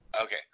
Okay